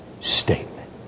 statement